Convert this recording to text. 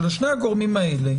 שלשני הגורמים האלה